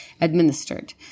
administered